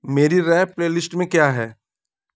मेरी rap playlist में क्या है